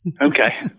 okay